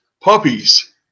puppies